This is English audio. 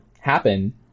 happen